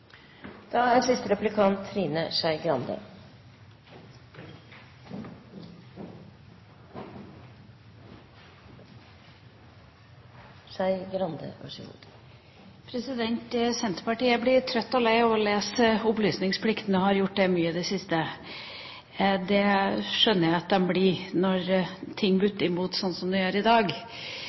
Senterpartiet blir trøtte og leie av å lese om opplysningsplikten etter å ha gjort det mye i det siste. Det skjønner jeg at de blir når ting butter imot, slik det gjør i dag.